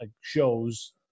shows